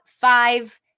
five